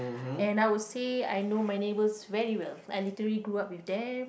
and I would say I know my neighbours very well I literally grew up with them